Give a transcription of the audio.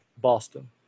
Boston